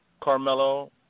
Carmelo